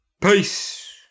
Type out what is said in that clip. Peace